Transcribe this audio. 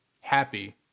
happy